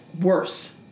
worse